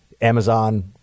Amazon